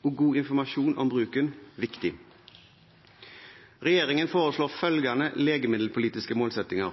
og god informasjon om bruken viktig. Regjeringen foreslår følgende legemiddelpolitiske målsettinger: